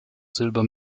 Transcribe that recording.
silber